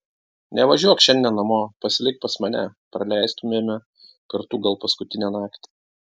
nevažiuok šiandien namo pasilik pas mane praleistumėme kartu gal paskutinę naktį